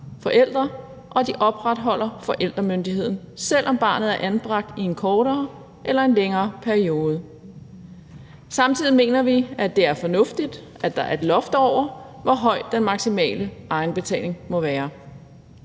forældre, og de opretholder forældremyndigheden, selv om barnet er anbragt i en kortere eller længere periode. Samtidig mener vi, at det er fornuftigt, at der er et loft over, hvor høj den maksimale egenbetaling må være.